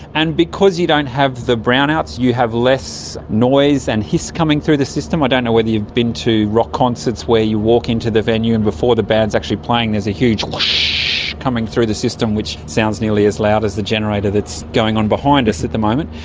and because you don't have the brownouts you have less noise and hiss coming through the system. i don't know whether you've been to rock concerts where you walk into the venue and before the band is actually playing there is a huge hiss coming through the system which sounds nearly as loud as the generator that's going on behind us at the moment.